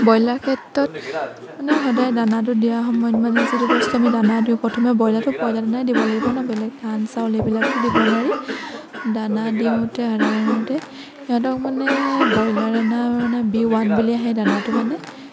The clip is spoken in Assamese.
ব্ৰইলাৰ ক্ষেত্ৰত মানে সদায় দানাটো দিয়াৰ সময়ত মানে যিটো বস্তু আমি দানা দিওঁ প্ৰথমে ব্ৰইলাৰটো ব্ৰইলাৰ দানাই দিব লাগিব ন বেলেগ ধান চাউল এইবিলাকতো দিব নোৱাৰি দানা দিওঁতে সাধাৰণতে সিহঁতক মানে ব্ৰইলাৰ দানা মানে বি ৱান বুলি আহে দানাটো মানে